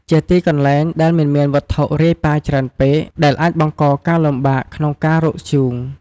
ជាទីកន្លែងដែលមិនមានវត្ថុរាយប៉ាយច្រើនពេក ដែលអាចបង្កការលំបាកក្នុងការរកធ្យូង។